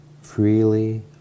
freely